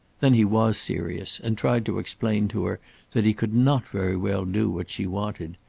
then he was serious, and tried to explain to her that he could not very well do what she wanted.